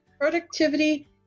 productivity